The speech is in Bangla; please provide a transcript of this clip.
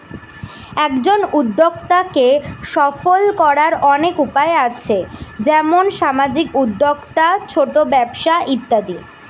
একজন উদ্যোক্তাকে সফল করার অনেক উপায় আছে, যেমন সামাজিক উদ্যোক্তা, ছোট ব্যবসা ইত্যাদি